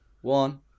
one